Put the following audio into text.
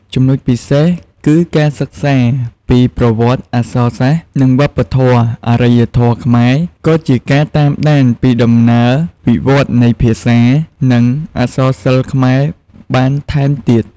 ចំណុចពិសេសគឺការសិក្សាពីប្រវត្តិអក្សរសាស្ត្រ និងវប្បធម៌ អរិយធម៌ខ្មែរ ក៏ជាការតាមដានពីដំណើរវិវត្តន៍នៃភាសា និងអក្សរសិល្ប៍ខ្មែរបានថែមទៀត។